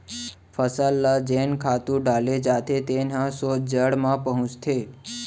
फसल ल जेन खातू डाले जाथे तेन ह सोझ जड़ म पहुंचथे